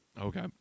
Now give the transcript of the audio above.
Okay